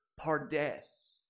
pardes